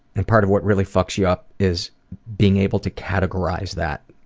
and part of what really fucks you up is being able to categorize that,